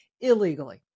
illegally